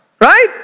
Right